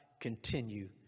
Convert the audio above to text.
continue